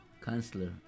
Counselor